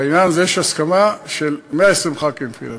בעניין הזה יש הסכמה של 120 חברי כנסת,